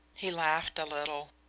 he laughed a little.